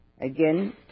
Again